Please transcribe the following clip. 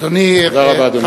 תודה רבה, אדוני.